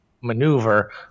maneuver